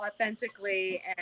authentically